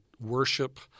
worship